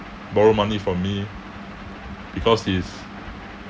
borrow money from me because his